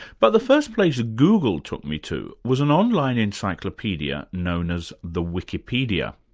but the first place google took me to was an on-line encyclopaedia known as the wikipedia.